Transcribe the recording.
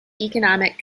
economic